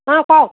অ' কওক